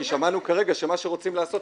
כי שמענו כרגע שמה שרוצים לעשות,